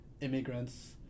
immigrants